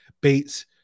Bates